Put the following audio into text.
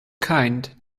kind